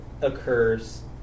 occurs